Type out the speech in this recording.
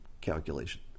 calculation